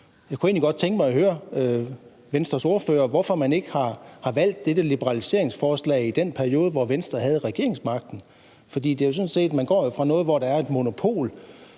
mig at høre Venstres ordfører, hvorfor man ikke har valgt dette liberaliseringsforslag i den periode, hvor Venstre havde regeringsmagten, for man går jo fra noget, hvor der er et monopol,